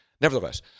Nevertheless